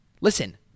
Listen